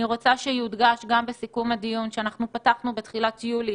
אני רוצה שיודגש גם בסיכום הדיון שאנחנו פתחנו בתחילת יולי